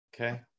okay